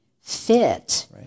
fit